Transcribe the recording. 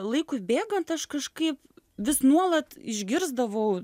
laikui bėgant aš kažkaip vis nuolat išgirsdavau